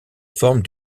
forme